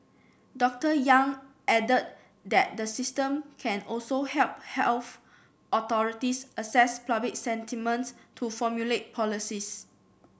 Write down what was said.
Doctor Yang added that the system can also help health authorities assess public sentiment to formulate policies